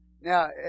Now